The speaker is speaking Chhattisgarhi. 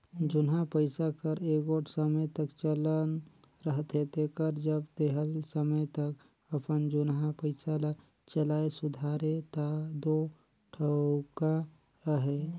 जुनहा पइसा कर एगोट समे तक चलन रहथे तेकर जब देहल समे तक अपन जुनहा पइसा ल चलाए सुधारे ता दो ठउका अहे